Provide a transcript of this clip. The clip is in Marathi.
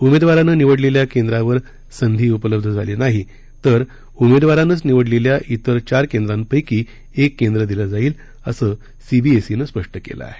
उमेदवारानं निवडलेल्या केंद्रावर संधी उपलब्ध झाली नाही तर उमेदवारानंच निवडलेल्या इतर चार केंद्रांपैकी एक केंद्र दिलं जाईल असं सीबीएसईनं स्पष्ट केलं आहे